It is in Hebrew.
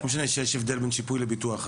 לא משנה שיש הבדל בין שיפוי לביטוח,